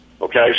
Okay